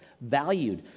valued